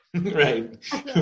Right